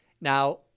Now